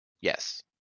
yes